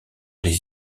les